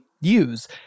use